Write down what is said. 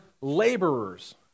laborers